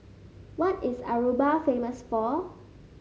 what is Aruba famous for